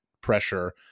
pressure